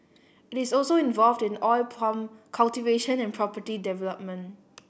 it is also involved in oil palm cultivation and property development